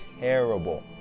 terrible